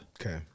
Okay